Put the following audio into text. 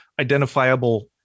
identifiable